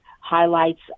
highlights